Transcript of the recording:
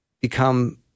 become